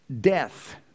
Death